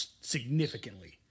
significantly